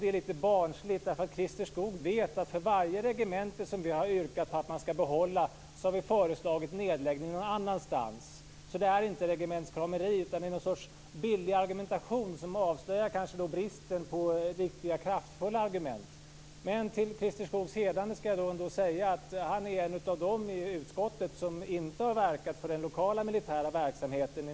Det är lite barnsligt. Christer Skoog vet att vi för varje regemente som vi har yrkat på att man ska behålla har föreslagit en nedläggning någon annanstans. Det är alltså inte fråga om ett regementskramande, utan det är en billig argumentation, som kanske avslöjar bristen på riktiga, kraftfulla argument. Jag vill dock till Christer Skoogs heder ändå säga att han är en av dem som i utskottet inte i någon utsträckning har verkat för den lokala militära verksamheten.